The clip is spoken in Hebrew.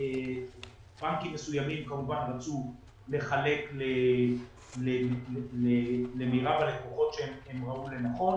בנקים מסוימים כמובן רצו לחלק למרב הלקוחות שהם ראו לנכון